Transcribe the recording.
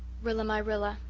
rilla-my-rilla,